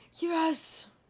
Yes